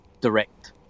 direct